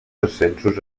ascensos